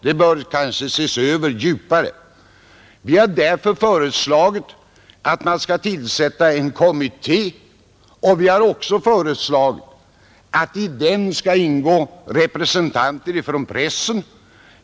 Det bör kanske ses över djupare, Vi har därför förslagit tillsättandet av en kommitté och vi har också förslagit att i den skall ingå representanter från pressen.